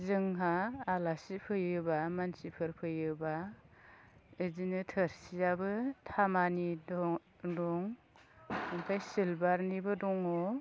जोंहा आलासि फैयोबा मानसिफोर फैयोबा बेदिनो थोर्सियाबो थामानि दं ओमफाय चिलबारनिबो दङ